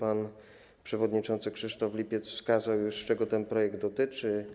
Pan przewodniczący Krzysztof Lipiec wskazał już, czego ten projekt dotyczy.